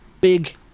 big